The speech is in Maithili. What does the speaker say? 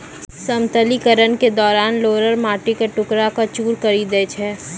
समतलीकरण के दौरान रोलर माटी क टुकड़ा क चूर करी दै छै